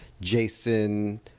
jason